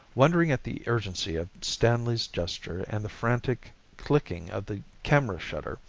wondering at the urgency of stanley's gesture and the frantic clicking of the camera shutter,